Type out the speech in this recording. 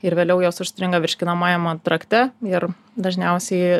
ir vėliau jos užstringa virškinamajame trakte ir dažniausiai